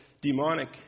demonic